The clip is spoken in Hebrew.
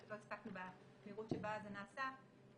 לא הספקתי במהירות שבה זה נעשה,